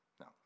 No